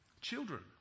Children